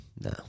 No